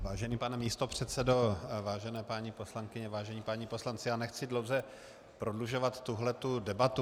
Vážený pane místopředsedo, vážené paní poslankyně, vážení páni poslanci, nechci dlouze prodlužovat tuhle debatu.